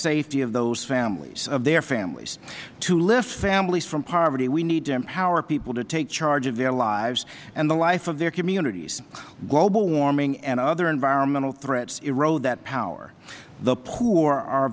safety of those families of their families to lift families from poverty we need to empower people to take charge of their lives and the life of their communities global warming and other environmental threats erode that power the poor are